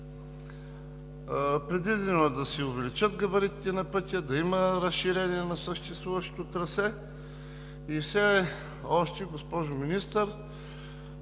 Предвидено е да се увеличат габаритите на пътя, да има разширение на съществуващото трасе и все още, госпожо Министър,